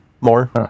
more